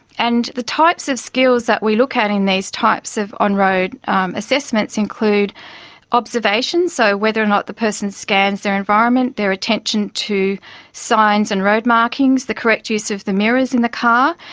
and the types of skills that we look at in these types of on-road assessments include observation, so whether not the person scans their environment, their attention to signs and road markings, the correct use of the mirrors in the car,